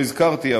לא הזכרתי,